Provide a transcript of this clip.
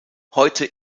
heute